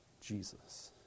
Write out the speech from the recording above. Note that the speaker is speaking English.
Jesus